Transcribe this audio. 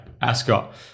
Ascot